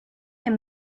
him